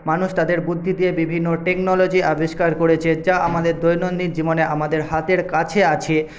মানুষ তাদের বুদ্ধি দিয়ে বিভিন্ন টেকনোলজি আবিষ্কার করেছে যা আমাদের দৈনন্দিন জীবনে আমাদের হাতের কাছে আছে